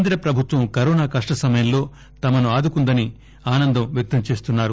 కేంద్ర ప్రభుత్వం కరోనా కష్ణ సమయంలో తమను ఆదుకుందని ఆనందం వ్యక్తం చేస్తున్నారు